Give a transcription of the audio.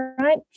right